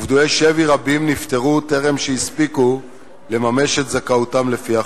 ופדויי שבי רבים נפטרו לפני שהספיקו לממש את זכאותם לפי החוק.